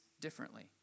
differently